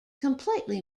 completely